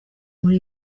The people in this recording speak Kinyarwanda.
muli